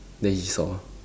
then he saw